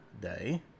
Day